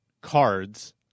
cards